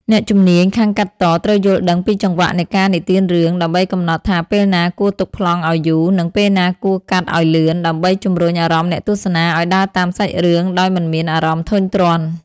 អ្នកជំនាញខាងកាត់តត្រូវយល់ដឹងពីចង្វាក់នៃការនិទានរឿង ដើម្បីកំណត់ថាពេលណាគួរទុកប្លង់ឱ្យយូរ និងពេលណាគួរកាត់ឱ្យលឿន ដើម្បីជម្រុញអារម្មណ៍អ្នកទស្សនាឱ្យដើរតាមសាច់រឿងដោយមិនមានអារម្មណ៍ធុញទ្រាន់។